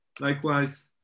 Likewise